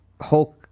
Hulk